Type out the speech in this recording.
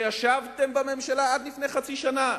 שישבתם בממשלה עד לפני חצי שנה,